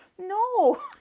No